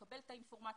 לקבל את האינפורמציה,